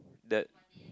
the